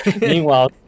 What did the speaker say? meanwhile